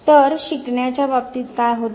तर शिकण्याच्या बाबतीत काय होते